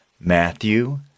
Matthew